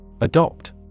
Adopt